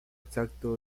exacto